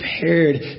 prepared